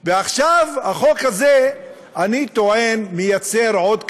ועכשיו, החוק הזה, אני טוען, מייצר עוד קטגוריה,